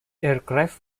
aircraft